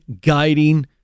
guiding